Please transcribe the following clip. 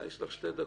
יש עוד שתי דקות.